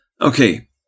Okay